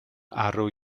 arw